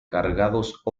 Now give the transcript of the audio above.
cargados